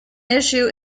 issue